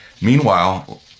Meanwhile